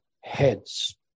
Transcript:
heads